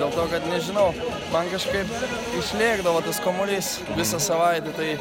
dėl to kad nežinau man kažkaip išlėkdavo tas kamuolys visą savaitę tai